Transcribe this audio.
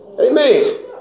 Amen